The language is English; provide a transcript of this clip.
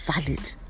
valid